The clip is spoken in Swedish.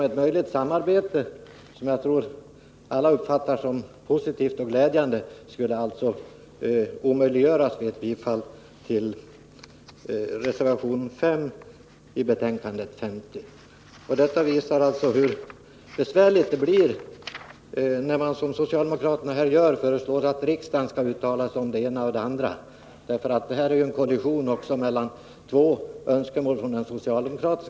Detta samarbete, som jag tror att alla uppfattar som positivt och glädjande, skulle alltså omöjliggöras vid ett bifall till reservation 5 i näringsutskottets betänkande nr 50. Det visar hur besvärligt det blir när man, som socialdemokraterna här gör, föreslår att riksdagen skall uttala sig om det ena och det andra. Här uppstår det också en kollision mellan två önskemål från socialdemokraterna.